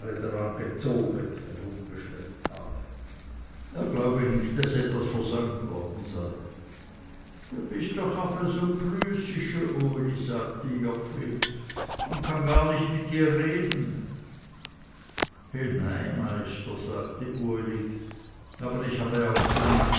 daran gezogget habe er glaube nicht daß etwas versäumt worden sei du bist doch afe so prüßische uli sagte joggeli man kann gar nicht mit dir reden he nei meister sagte uli aber ich habe auch gemeint